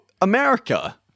America